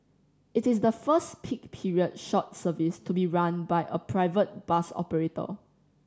it is the first peak period short service to be run by a private bus operator